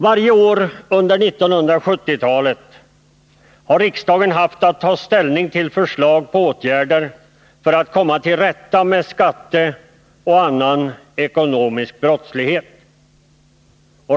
Varje år under 1970-talet har riksdagen haft att ta ställning till förslag till åtgärder för att komma till rätta med skattebrottslighet och annan ekonomisk brottslighet.